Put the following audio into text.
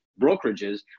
brokerages